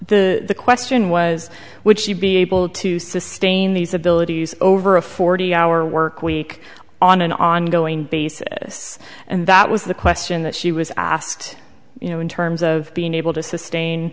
markets the question was would she be able to sustain these abilities over a forty hour workweek on an ongoing basis and that was the question that she was asked you know in terms of being able to sustain